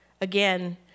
again